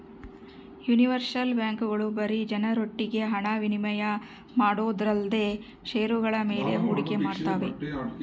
universal ಬ್ಯಾಂಕ್ಗಳು ಬರೀ ಜನರೊಟ್ಟಿಗೆ ಹಣ ವಿನಿಮಯ ಮಾಡೋದೊಂದೇಲ್ದೆ ಷೇರುಗಳ ಮೇಲೆ ಹೂಡಿಕೆ ಮಾಡ್ತಾವೆ